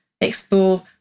explore